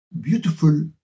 beautiful